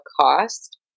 cost